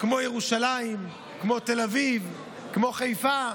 כמו ירושלים, תל אביב, חיפה,